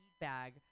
bag